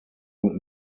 und